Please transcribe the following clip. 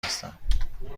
هستم